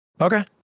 Okay